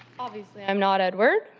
obviously i'm not ever,